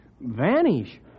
vanish